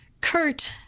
Kurt